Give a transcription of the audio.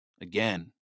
Again